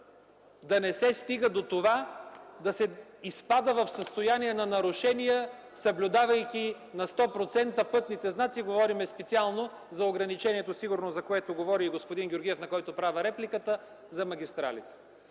да не се стига до това да се изпада в състояние на нарушения, съблюдавайки на сто процента пътните знаци, говорим специално за ограничението, сигурно за което говори и господин Георгиев, на който правя репликата, за магистралите.